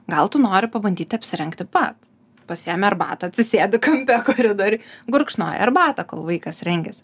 gal tu nori pabandyti apsirengti pats pasiemi arbatą atsisėdi kampe koridoriuj gurkšnoji arbatą kol vaikas rengiasi